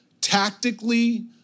tactically